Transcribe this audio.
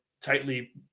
tightly